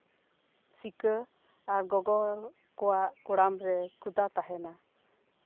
ᱥᱤᱠᱟᱹ ᱟᱨ ᱜᱚᱜᱚ ᱦᱚᱲ ᱠᱚᱣᱟᱜ ᱠᱚᱲᱟᱢ ᱨᱮ ᱠᱷᱚᱫᱟ ᱛᱟᱦᱮᱱᱟ